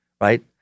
right